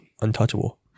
untouchable